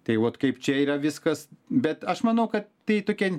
tai vat kaip čia yra viskas bet aš manau kad tai tokia